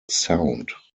sound